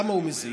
למה הוא מזיק?